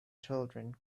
children